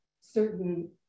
certain